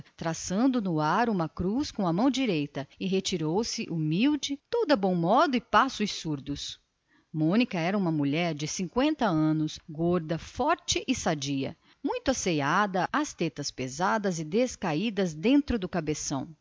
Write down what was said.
traçando no ar uma cruz com a mão aberta e retirou-se humildemente toda bons modos e gestos carinhosos mônica orçava pelos cinqüenta anos era gorda sadia e muito asseada tetas grandes e descaídas dentro do cabeção